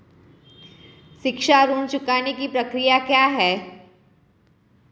शिक्षा ऋण चुकाने की प्रक्रिया क्या है?